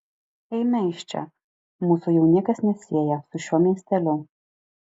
eime iš čia mūsų jau niekas nesieja su šiuo miesteliu